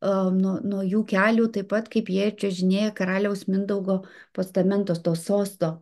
nuo nuo jų kelių taip pat kaip jie čiužinėja karaliaus mindaugo postamentas to sosto